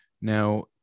Now